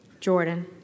Jordan